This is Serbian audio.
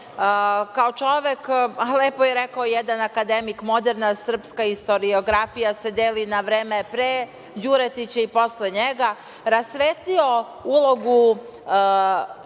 kao čovek, a lepo je rekao jedan akademik – moderna srpska istoriografija se deli na period pre Đuretića i posle njega, rasvetlio ulogu